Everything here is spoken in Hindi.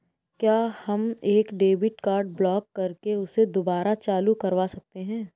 क्या हम एक डेबिट कार्ड ब्लॉक करके उसे दुबारा चालू करवा सकते हैं?